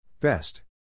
Best